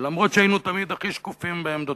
אף-על-פי שהיינו תמיד הכי שקופים בעמדותינו,